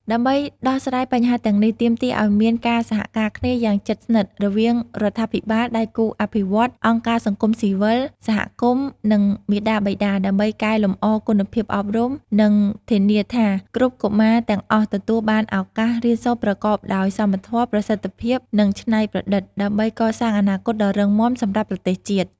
ដើម្បីដោះស្រាយបញ្ហាទាំងនេះ ទាមទារឱ្យមាន ការសហការគ្នាយ៉ាងជិតស្និទ្ធ រវាងរដ្ឋាភិបាល ដៃគូអភិវឌ្ឍន៍ អង្គការសង្គមស៊ីវិល សហគមន៍ និងមាតាបិតា ដើម្បីកែលម្អគុណភាពអប់រំ និងធានាថាគ្រប់កុមារទាំងអស់ទទួលបានឱកាសរៀនសូត្រប្រកបដោយសមធម៌ ប្រសិទ្ធភាព និងច្នៃប្រឌិត ដើម្បីកសាងអនាគតដ៏រឹងមាំសម្រាប់ប្រទេសជាតិ។